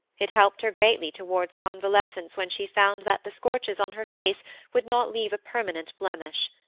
it helped her greatly towards convalescence when she found that the scorches on her face would not leave a permanent blemish.